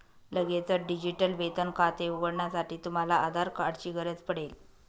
लगेचच डिजिटल वेतन खाते उघडण्यासाठी, तुम्हाला आधार कार्ड ची गरज पडेल